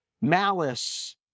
malice